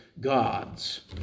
gods